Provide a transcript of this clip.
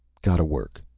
gotta work.